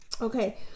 Okay